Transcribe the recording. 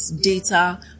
data